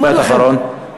משפט אחרון.